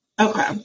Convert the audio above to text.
Okay